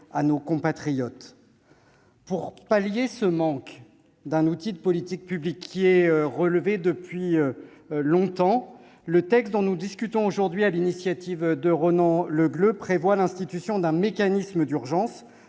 à nos compatriotes. Pour pallier ce manque d'un outil de politique publique, qui est relevé depuis longtemps, le texte dont nous discutons aujourd'hui, sur l'initiative de Ronan Le Gleut, prévoit l'institution d'un mécanisme d'urgence